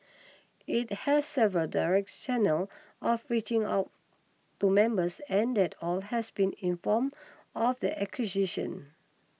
it has several direct channels of reaching out to members and that all has been informed of the acquisition